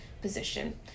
position